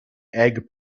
egg